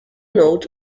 note